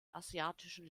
asiatischen